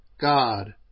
God